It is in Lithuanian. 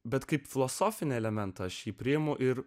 bet kaip filosofinį elementą šį priimu ir